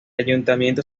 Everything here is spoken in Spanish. ayuntamiento